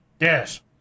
Yes